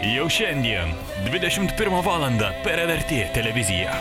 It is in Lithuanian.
jau šiandien dvidešimt pirmą valandą per lrt televiziją